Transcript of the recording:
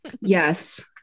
Yes